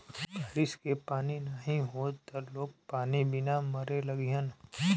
बारिश के पानी नाही होई त लोग पानी बिना मरे लगिहन